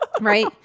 Right